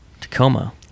tacoma